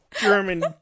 German